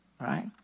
right